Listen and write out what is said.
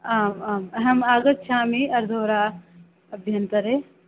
आम् आम् अहम् आगच्छामि अर्धहोरा अभ्यन्तरे